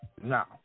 Now